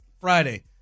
Friday